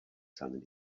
seinen